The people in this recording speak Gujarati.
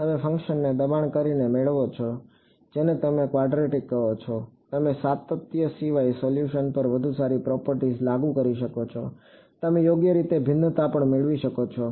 તમે ફંક્શનને દબાણ કરીને મેળવો છો જેને તમે ક્વાડ્રેટિક કહો છો તમે સાતત્ય સિવાય સોલ્યુશન પર વધુ સારી પ્રોપર્ટીઝ લાગુ કરી શકો છો તમે યોગ્ય રીતે ભિન્નતા પણ મેળવી શકો છો